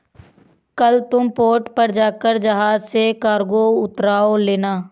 कल तुम पोर्ट पर जाकर जहाज से कार्गो उतरवा लेना